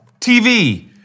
TV